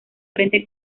frente